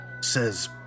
says